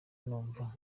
numva